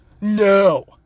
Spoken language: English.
No